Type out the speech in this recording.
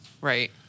Right